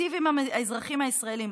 שתיטיב עם האזרחים הישראלים,